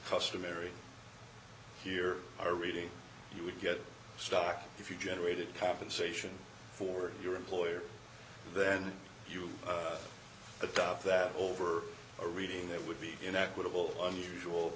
customary here a reading you would get stuck if you generated compensation for your employer then you adopt that over a reading that would be inequitable unusual